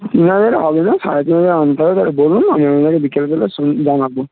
তিন হাজারে হবে না সাড়ে তিন হাজার আনতে হবে বলুন আমি আপনাকে বিকেলবেলা স জানাবো